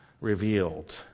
revealed